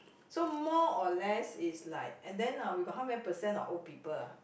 so more or less it's like and then uh we got how many percent of old people ah